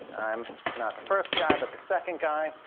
i'm not the first guy but the second guy.